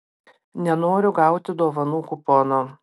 nenoriu gauti dovanų kupono